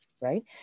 right